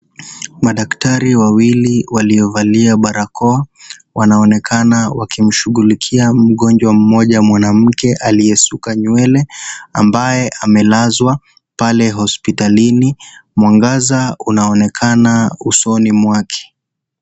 Madaktari wawili waliovalia barakoa, wanaonekana wakimshughulikia mgonjwa mmoja mwanamke aliyesuka nywele, ambaye amelazwa pale hospitalini, mwangaza unaonekana usoni mwake.